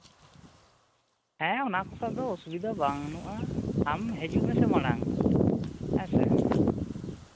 ᱦᱮᱸ ᱚᱱᱟ ᱠᱚᱥᱚᱵᱽ ᱫᱚ ᱚᱥᱩᱵᱤᱫᱷᱟ ᱵᱟᱹᱱᱩᱜᱼᱟ ᱟᱢ ᱦᱤᱡᱩᱜ ᱢᱮᱥᱮ ᱢᱟᱲᱟᱝ ᱦᱮᱸ ᱥᱮ